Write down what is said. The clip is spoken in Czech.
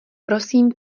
prosím